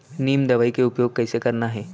नीम दवई के उपयोग कइसे करना है?